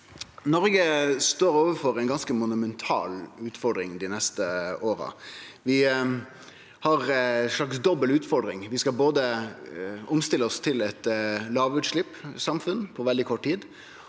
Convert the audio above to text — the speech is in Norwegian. Noreg står overfor ei ganske monumental utfordring dei neste åra. Vi har ei slags dobbel utfordring. Vi skal både omstille oss til eit lågutsleppssamfunn på veldig kort tid